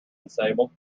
disabled